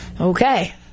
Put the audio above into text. Okay